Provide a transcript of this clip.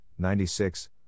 96